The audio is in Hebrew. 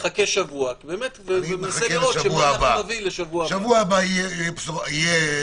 הוא מחכה שבוע, וננסה לראות שנביא לשבוע הבא.